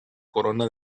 corona